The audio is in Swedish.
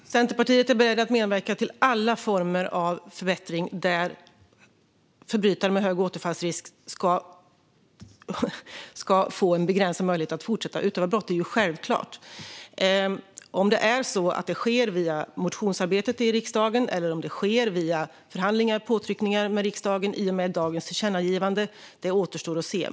Herr talman! Centerpartiet är berett att medverka till alla former av förbättring, så att förbrytare med hög återfallsrisk ska ha en begränsad möjlighet att fortsätta utöva brottslighet. Det är ju självklart. Om det ska ske via motionsarbete i riksdagen eller via förhandlingar och påtryckningar i och med dagens tillkännagivande från riksdagen återstår att se.